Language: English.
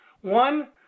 One